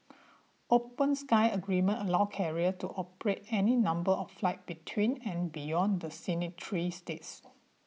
open skies agreements allow carriers to operate any number of flights between and beyond the signatory states